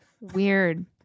weird